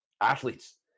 athletes